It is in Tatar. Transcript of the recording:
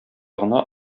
гына